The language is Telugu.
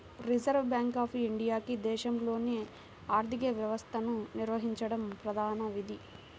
రిజర్వ్ బ్యాంక్ ఆఫ్ ఇండియాకి దేశంలోని ఆర్థిక వ్యవస్థను నిర్వహించడం ప్రధాన విధి